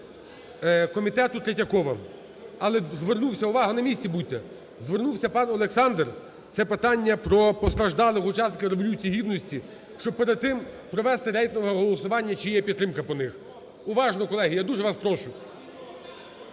комітету Третьякова. Але звернувся… Увага! На місці будьте. Звернувся пан Олександр, це питання про постраждалих учасників Революції Гідності, щоб перед тим провести рейтингове голосування, чи є підтримка по них. Уважно, колеги! Я дуже вас прошу.